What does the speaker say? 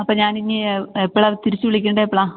അപ്പോൾ ഞാനിനി എപ്പോഴാണ് തിരിച്ച് വിളിക്കേണ്ടത് എപ്പോഴാണ്